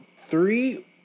Three